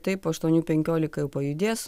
taip po aštuonių penkiolika jau pajudės